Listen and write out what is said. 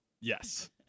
Yes